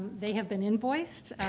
they have been invoiced.